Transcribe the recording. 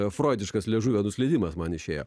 beprotiškas liežuvio nusileidimas man išėjo